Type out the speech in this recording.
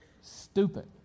Stupid